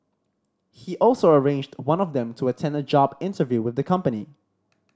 he also arranged one of them to attend a job interview with the company